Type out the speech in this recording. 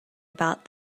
about